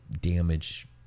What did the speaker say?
damage